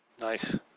Nice